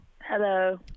Hello